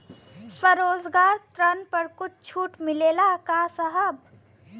स्वरोजगार ऋण पर कुछ छूट मिलेला का साहब?